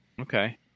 Okay